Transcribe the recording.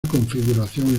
configuración